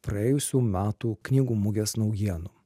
praėjusių metų knygų mugės naujienų